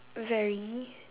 very